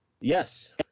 Yes